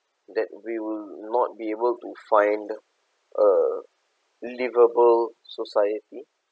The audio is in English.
that we will not be able to find a livable society